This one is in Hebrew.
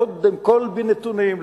קודם כול בנתונים.